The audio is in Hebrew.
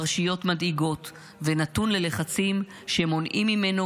פרשיות מדאיגות ונתון ללחצים שמונעים ממנו